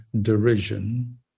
derision